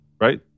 right